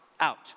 Out